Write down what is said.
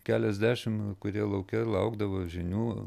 keliasdešimt kurie lauke laukdavo žinių